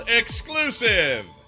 exclusive